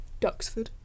Duxford